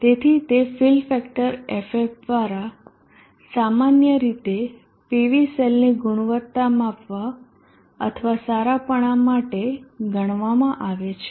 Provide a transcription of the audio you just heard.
તેથી તે fill factor FF દ્વારા સામાન્ય રીતે PV સેલની ગુણવત્તા માપવા અથવા સારાપણા માટે ગણવામાં આવે છે